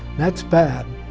that's bad.